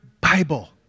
Bible